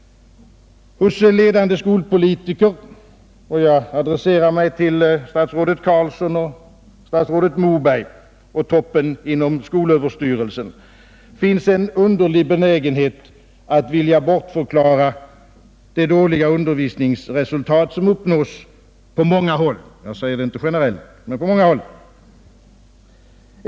Hos ledande skolpolitiker — jag adresserar mig till statsrådet Carlsson och statsrådet Moberg och toppen inom skolöverstyrelsen — finns en underlig benägenhet att bortförklara de dåliga undervisningsresultat som uppnås, inte generellt men på många håll.